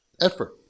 Effort